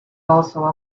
also